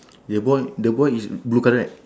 that boy the boy is blue colour right